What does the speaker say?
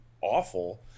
awful